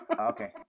Okay